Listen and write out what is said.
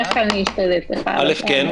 הצבעה לא אושר.